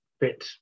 bit